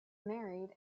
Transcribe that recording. married